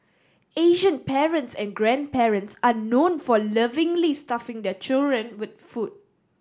Asian parents and grandparents are known for lovingly stuffing their children with food